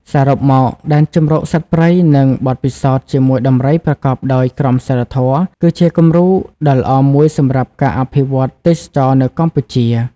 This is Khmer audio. សរុបមក ដែនជម្រកសត្វព្រៃ និង បទពិសោធន៍ជាមួយដំរីប្រកបដោយក្រមសីលធម៌ គឺជាគំរូដ៏ល្អមួយសម្រាប់ការអភិវឌ្ឍទេសចរណ៍នៅកម្ពុជា។